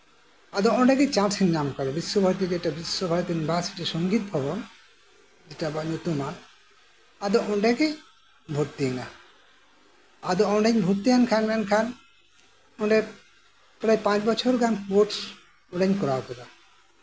ᱟᱫᱚ ᱚᱱᱰᱮ ᱪᱟᱱᱥ ᱤᱧ ᱧᱟᱢ ᱠᱟᱫᱟ ᱵᱤᱥᱥᱚ ᱵᱷᱟᱨᱚᱛᱤ ᱤᱱᱵᱷᱟᱨᱥᱤᱴᱤ ᱥᱚᱝᱜᱤᱛ ᱵᱷᱚᱵᱚᱱ ᱡᱮᱴᱟ ᱟᱵᱟᱨ ᱧᱩᱛᱩᱢᱟᱱ ᱟᱫᱚ ᱚᱱᱰᱮᱜᱮ ᱵᱷᱚᱛᱛᱤ ᱭᱮᱱᱟ ᱟᱫᱚ ᱚᱱᱰᱮᱧ ᱵᱷᱚᱛᱛᱤᱭᱮᱱ ᱠᱷᱟᱱ ᱯᱨᱟᱭ ᱯᱟᱸᱪ ᱵᱚᱪᱷᱚᱨᱜᱟᱱ ᱠᱳᱨᱥ ᱚᱱᱰᱮᱧ ᱠᱚᱨᱟᱣ ᱠᱮᱫᱟ